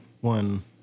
one